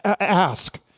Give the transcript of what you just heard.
ask